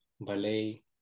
ballet